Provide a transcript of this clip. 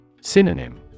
Synonym